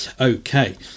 Okay